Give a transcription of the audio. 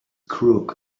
crook